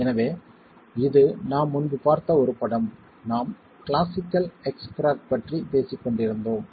எனவே இது நாம் முன்பு பார்த்த ஒரு படம் நாம் கிளாசிக்கல் x கிராக் பற்றி பேசிக்கொண்டிருந்தோம்